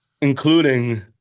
including